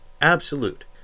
Absolute